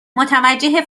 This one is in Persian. متوجه